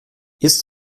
ist